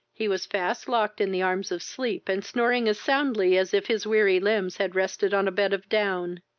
he was fast locked in the arms of sleep, and snoring as soundly as if his weary limbs had rested on a bed of down.